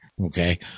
okay